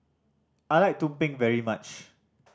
I like tumpeng very much